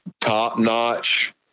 top-notch